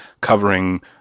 covering